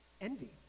Envy